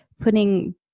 putting